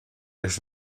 leis